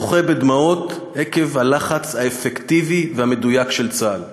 בוכה בדמעות עקב הלחץ האפקטיבי והמדויק של צה"ל.